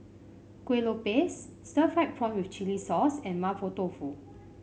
Kueh Lopes Stir Fried Prawn with Chili Sauce and Mapo Tofu